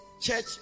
church